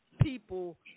people